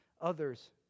others